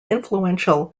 influential